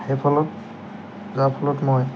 সেইফলত যাৰ ফলত মই